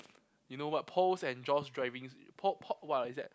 you know what Paul's and John's drivings Pau~ Pau~ what is that